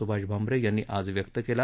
सुभाष भामरे यांनी आज व्यक्त केला